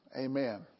Amen